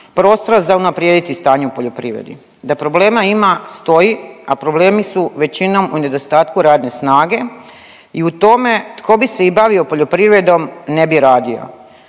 prostora za unaprijediti stanje u poljoprivredi. Da problema ima stoji, a problemi su većinom u nedostatku radne snage i u tome tko bi se i bavio poljoprivredom, ne bi radio,